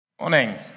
Morning